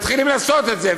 מתחילים לעשות את זה,